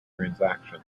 transactions